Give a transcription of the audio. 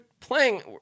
Playing